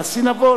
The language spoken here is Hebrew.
הנשיא נבון,